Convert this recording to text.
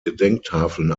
gedenktafeln